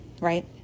right